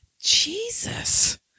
Jesus